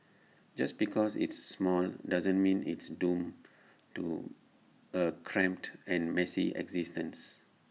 just because it's small doesn't mean it's doomed to A cramped and messy existence